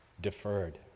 deferred